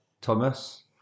Thomas